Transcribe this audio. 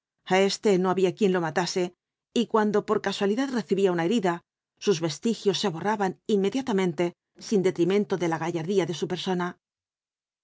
a éste no había quien lo matase y cuando por casualidad recibía una herida sus vestigios se borraban inmediatamente sin detrimento de la gallardía de su persona